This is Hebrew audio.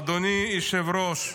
אדוני היושב-ראש,